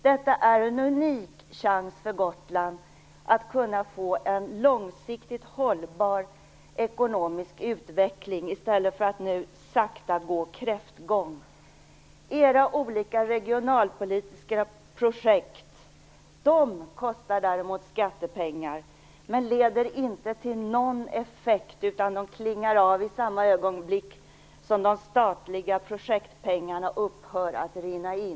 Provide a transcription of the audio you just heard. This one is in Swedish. Detta är en unik chans för Gotland att kunna få en långsiktigt hållbar ekonomisk utveckling i stället för att nu sakta gå kräftgång. Era olika regionalpolitiska projekt kostar däremot skattepengar, men leder inte till någon effekt. De klingar av i samma ögonblick som de statliga projektpengarna upphör att rinna in.